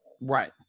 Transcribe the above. Right